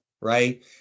right